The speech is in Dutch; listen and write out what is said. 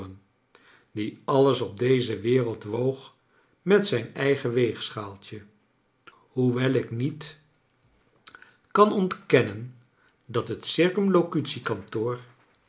die alles op deze wereld woog met zijn eigen weegschaaltje hoewel ik niet kan ontkennen dat het